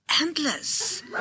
endless